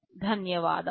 ధన్యవాదాలు